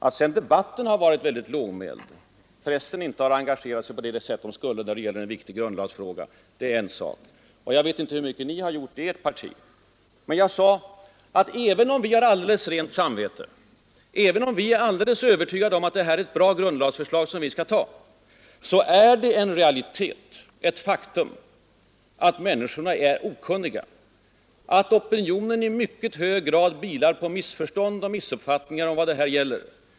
Att sedan debatten varit mycket lågmäld och pressen inte engagerat sig på det sätt den borde då det gäller en viktig grundlagsfråga är en annan sak. Jag vet inte hur mycket ni gjort i ert parti. Men jag sade att även om vi har alldeles rent samvete och även om vi är alldeles övertygade om att det här är ett bra grundlagsförslag, som vi bör ta, så är det en realitet och ett faktum att opinionen i mycket hög grad vilar på missförstånd och missuppfattningar om vad det här gäller.